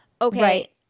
okay